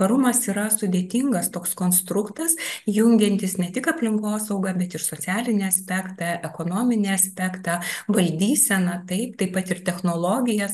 tvarumas yra sudėtingas toks konstruktas jungiantis ne tik aplinkosaugą bet ir socialinį aspektą ekonominį aspektą valdyseną taip taip pat ir technologijas